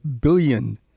billion